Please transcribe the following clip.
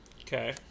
Okay